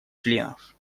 членов